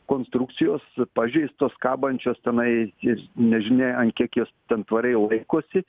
konstrukcijos pažeistos kabančios tenai jis nežinia ant kiek jos ten tvariai laikosi